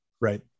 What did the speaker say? Right